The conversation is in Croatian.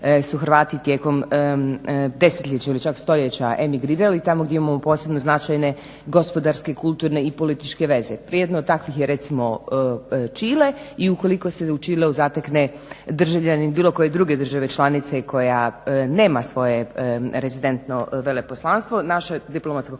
hrvati tijekom desetljeća ili čak stoljeća emigrirali, tamo gdje imamo posebno značajne gospodarske, kulturne i političke veze. Jedno od takvih je recimo Čile i ukoliko se u Čileu zatekne državljanin bilo koje druge države članice koja nema svoje rezidentno veleposlanstvo naša diplomatsko konzularna